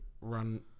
run